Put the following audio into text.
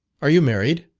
are you married?